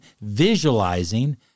visualizing